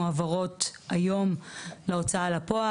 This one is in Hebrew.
מועברות היום להוצאה לפועל,